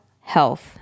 health